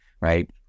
right